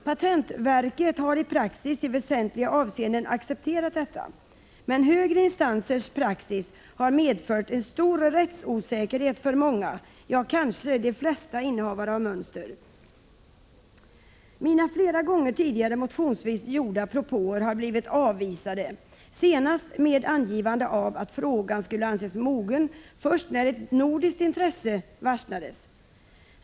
Patentverket har i praxis i väsentliga avseenden accepterat detta, men högre instansers praxis har medfört en stor rättsosäkerhet för många, ja, kanske de flesta innehavare av mönster. Mina flera gånger tidigare motionsvis gjorda propåer har blivit avvisade, senast med angivande av att frågan skulle anses mogen först när ett nordiskt intresse varsnades.